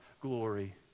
glory